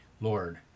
Lord